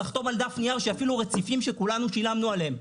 לחתום על דף נייר שאפילו רציפים שכולנו שילמנו עליהם,